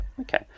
okay